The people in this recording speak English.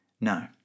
No